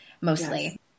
mostly